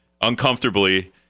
uncomfortably